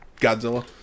godzilla